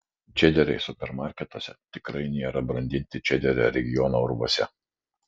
čederiai supermarketuose tikrai nėra brandinti čederio regiono urvuose